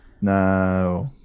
no